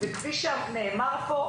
וכפי שנאמר פה,